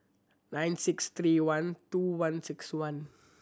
nine six three one two one six one